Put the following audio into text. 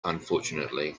unfortunately